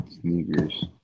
Sneakers